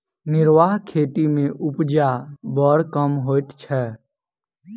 निर्वाह खेती मे उपजा बड़ कम होइत छै